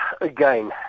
again